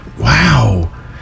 Wow